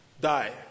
die